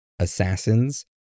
assassins